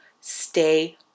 stay